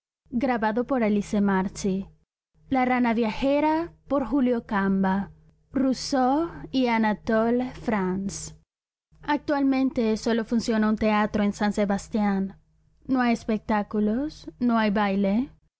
v rousseau y anatole france actualmente sólo funciona un teatro en san sebastián no hay espectáculos no hay